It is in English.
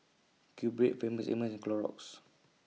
QBread Famous Amos and Clorox